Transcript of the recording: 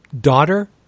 daughter